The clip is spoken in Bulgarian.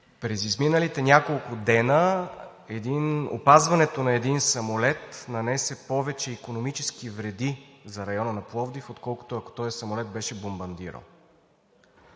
През изминалите няколко дни опазването на един самолет нанесе повече икономически вреди за района на Пловдив, отколкото ако този самолет беше бомбардирал.